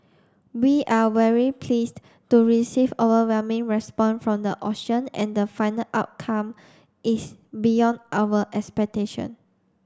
we are very pleased to receive overwhelming response from the auction and the final outcome is beyond our expectation